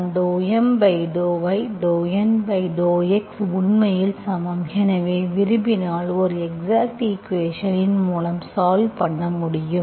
எனவே ∂M∂y∂N∂x அவை உண்மையில் சமம் எனவே விரும்பினால் ஒரு எக்ஸாக்ட் ஈக்குவேஷன் இன் மூலம் சால்வ் பண்ணமுடியும்